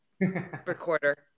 recorder